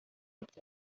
its